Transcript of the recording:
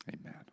amen